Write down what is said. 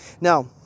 Now